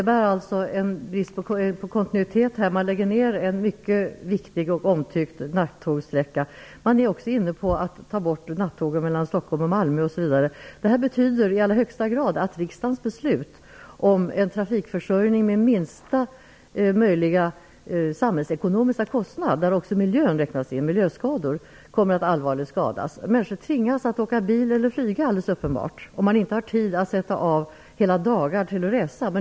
Herr talman! Det innebär alltså bristande kontinuitet. Man lägger ner en mycket viktig och omtyckt nattågssträcka. Man är också inne på att ta bort nattågen mellan Stockholm och Malmö. Det här betyder i allra högsta grad att riksdagens beslut om en trafikförsörjning med minsta möjliga samhällsekonomiska kostnad, där också kostnader för miljöskador räknas in, allvarligt kommer att skadas. Människor tvingas alldeles uppenbart att åka bil eller flyga, om man inte har tid att sätta av hela dagar till att resa.